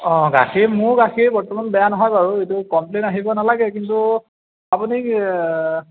অঁ গাখীৰ মোৰ গাখীৰ বৰ্তমান বেয়া নহয় বাৰু এইটো কমপ্লেইন আহিব নালাগে কিন্তু আপুনি